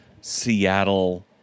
Seattle